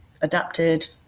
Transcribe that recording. adapted